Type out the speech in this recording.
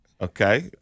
Okay